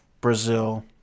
Brazil